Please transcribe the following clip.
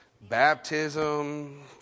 Baptism